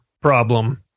problem